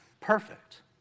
perfect